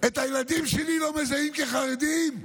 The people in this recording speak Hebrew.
את הילדים שלי לא מזהים כחרדים?